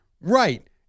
Right